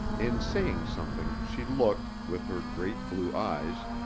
in saying something she looked, with her great blue eyes,